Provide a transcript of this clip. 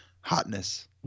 hotness